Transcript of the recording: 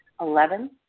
Eleven